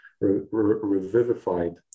revivified